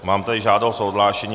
Mám tady žádost o odhlášení.